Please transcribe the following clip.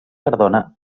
cardona